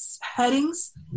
headings